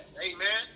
Amen